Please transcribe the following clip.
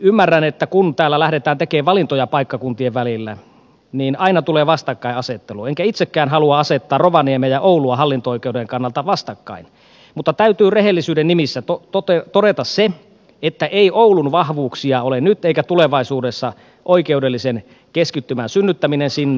ymmärrän että kun täällä lähdetään tekemään valintoja paikkakuntien välillä niin aina tulee vastakkainasettelua enkä itsekään halua asettaa rovaniemeä ja oulua hallinto oikeuden kannalta vastakkain mutta täytyy rehellisyyden nimissä todeta se että ei oulun vahvuuksia ole nyt eikä tulevaisuudessa oikeudellisen keskittymän synnyttäminen sinne